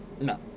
No